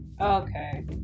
Okay